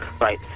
Right